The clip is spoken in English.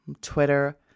Twitter